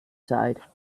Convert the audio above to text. side